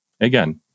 Again